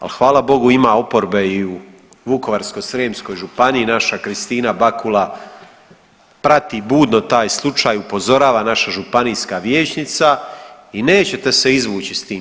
Ali hvala Bogu ima oporbe i u Vukovarsko-srijemskoj županiji, naša Kristina Bakula prati budno taj slučaj, upozorava naša županijska vijećnica i nećete se izvući s tim.